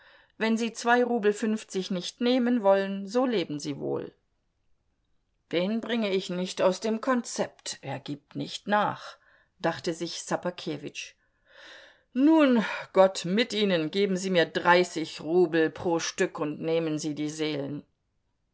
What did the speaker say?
wenn sie zwei rubel fünfzig nicht nehmen wollen so leben sie wohl den bringe ich nicht aus dem konzept er gibt nicht nach dachte sich ssobakewitsch nun gott mit ihnen geben sie mir dreißig rubel pro stück und nehmen sie die seelen